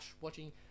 watching